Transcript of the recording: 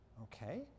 okay